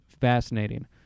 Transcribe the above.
fascinating